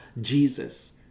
Jesus